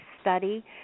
study